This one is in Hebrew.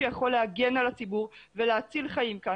זה צעד שיכול להגן על הציבור ולהציל חיים כאן.